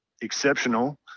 exceptional